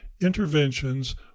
interventions